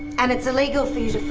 and it's illegal for you